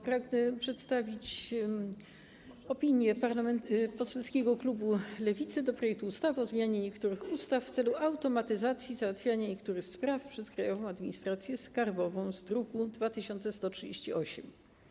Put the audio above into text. Pragnę przedstawić opinię klubu poselskiego Lewicy wobec projektu ustawy o zmianie niektórych ustaw w celu automatyzacji załatwiania niektórych spraw przez Krajową Administrację Skarbową z druku nr 2138.